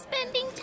spending